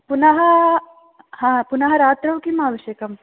पुनः हा पुनः रात्रौ किम् आवश्यकम्